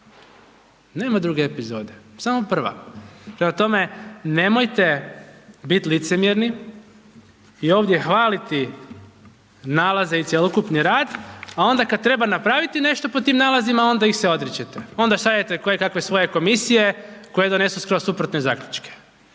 Nema druge epizode, samo prva. Prema tome, nemojte biti licemjerni i ovdje hvaliti nalaze i cjelokupni rad a onda kada treba napraviti nešto po tim nalazima onda ih se odričete, onda šaljete kojekakve svoje komisije koje donesu skroz suprotne zaključke.